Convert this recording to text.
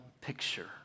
picture